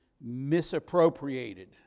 misappropriated